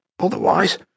Otherwise